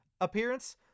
appearance